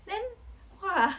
then !wah!